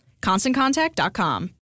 ConstantContact.com